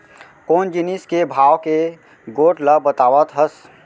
कोन जिनिस के भाव के गोठ ल बतावत हस?